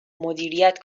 مدیریت